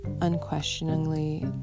unquestioningly